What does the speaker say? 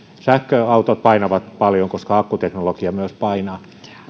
sähköautot painavat paljon koska myös akkuteknologia painaa